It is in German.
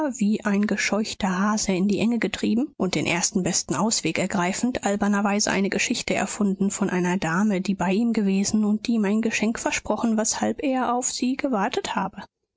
wie ein gescheuchter hase in die enge getrieben und den ersten besten ausweg ergreifend albernerweise eine geschichte erfunden von einer dame die bei ihm gewesen und die ihm ein geschenk versprochen weshalb er auf sie gewartet habe